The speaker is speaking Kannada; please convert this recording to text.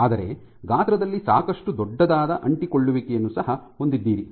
ಆದರೆ ಗಾತ್ರದಲ್ಲಿ ಸಾಕಷ್ಟು ದೊಡ್ಡದಾದ ಅಂಟಿಕೊಳ್ಳುವಿಕೆಯನ್ನು ಸಹ ಹೊಂದಿದ್ದೀರಿ